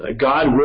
God